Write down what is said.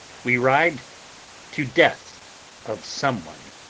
we ride to death of some one.